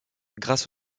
grâce